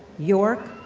york,